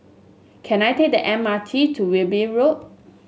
can I take the M R T to Wilby Road